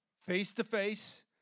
face-to-face